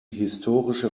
historische